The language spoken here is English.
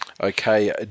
Okay